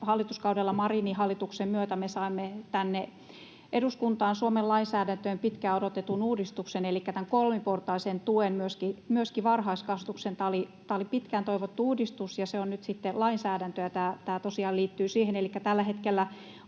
hallituskaudella Marinin hallituksen myötä me saimme tänne eduskuntaan ja Suomen lainsäädäntöön pitkään odotetun uudistuksen elikkä tämän kolmiportaisen tuen myöskin varhaiskasvatukseen. Tämä oli pitkään toivottu uudistus, ja se on nyt sitten lainsäädäntöä, ja tämä tosiaan liittyy siihen. Elikkä tällä hetkellä